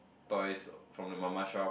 toys from the mama shop